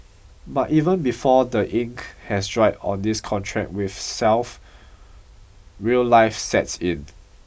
but even before the ink has dried on this contract with self real life sets in